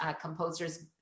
Composers